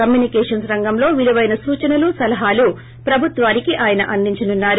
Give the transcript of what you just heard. communications రంగం లో విలువైన సూచనలు సలహాలు ప్రబుత్వానికి ఆయన అందించనున్నారు